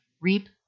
reap